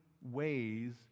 ways